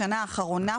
בשנה האחרונה,